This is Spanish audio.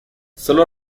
sólo